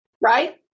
right